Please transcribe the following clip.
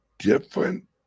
different